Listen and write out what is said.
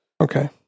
Okay